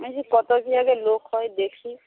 কত কি আগে লোক হয় দেখি